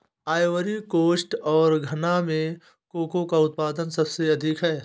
Ivory coast और घना में कोको का उत्पादन सबसे अधिक है